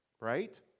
right